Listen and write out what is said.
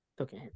Okay